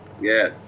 Yes